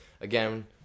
Again